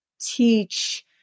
teach